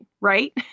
Right